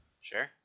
Sure